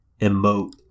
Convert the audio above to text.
emote